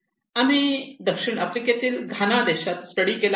आम्ही दक्षिण आफ्रिकेतील घाणा देशात स्टडी केला आहे